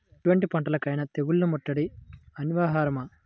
ఎటువంటి పంటలకైన తెగులు ముట్టడి అనివార్యమా?